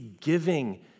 giving